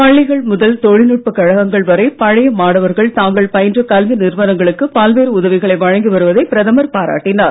பள்ளிகள் முதல் தொழில்நுட்ப கழகங்கள் வரை பழைய மாணவர்கள் தாங்கள் பயின்ற கல்வி நிறுவனங்களுக்கு பல்வேறு உதவிகளை வழங்கி வருவதை பிரதமர் பாராட்டினார்